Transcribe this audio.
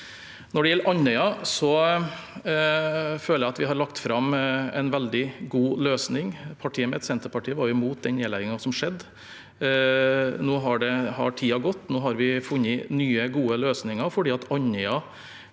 Når det gjelder Andøya, føler jeg at vi har lagt fram en veldig god løsning. Partiet mitt, Senterpartiet, var imot den nedleggingen som skjedde. Nå har tiden gått. Nå har vi funnet nye, gode løsninger fordi Andøya